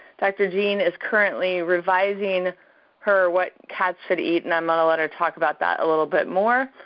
dr. jean is currently revising her what cats should eat and i'm gonna let her talk about that a little bit more.